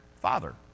Father